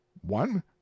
one